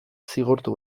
zigortu